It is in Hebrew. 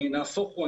נהפוך הוא,